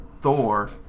Thor